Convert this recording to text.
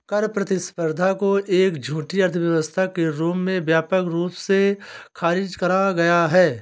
कर प्रतिस्पर्धा को एक झूठी अर्थव्यवस्था के रूप में व्यापक रूप से खारिज करा गया है